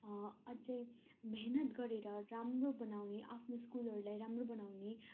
अझै मिहिनेत गरेर राम्रो बनाउने आफ्नो स्कुलहरूलाई राम्रो बनाउने